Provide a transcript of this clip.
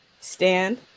Stand